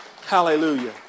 Hallelujah